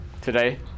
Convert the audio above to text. Today